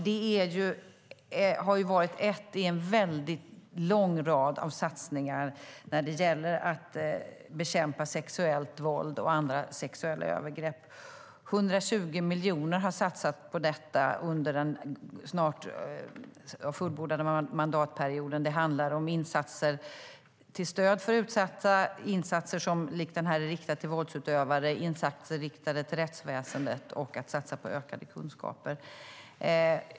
Detta har varit en i en lång rad satsningar när det gäller att bekämpa sexuellt våld och andra sexuella övergrepp, och 120 miljoner har satsats på detta under den snart fullbordade mandatperioden. Det handlar om insatser till stöd för utsatta, insatser som likt den här är riktad till våldsutövare, insatser riktade till rättsväsendet och insatser för ökade kunskaper.